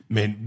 Men